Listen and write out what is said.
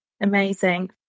Amazing